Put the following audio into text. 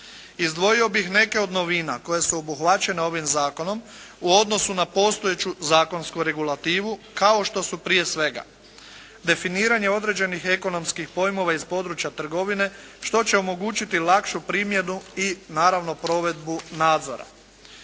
Izdvojio bih neke od novina koje su obuhvaćane ovim zakonom u odnosu na postojeću zakonsku regulativu kao što su prije svega definiranje određenih ekonomskih pojmova iz područja trgovine što će omogućiti lakšu primjenu i naravno provedbu nadzora.